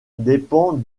dépend